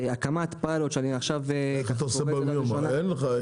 הקמת פיילוט שאני עכשיו -- איך אתה עושה ביום יום אין לך,